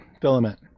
filament